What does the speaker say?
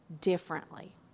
differently